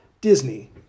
disney